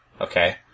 Okay